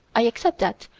i accept that,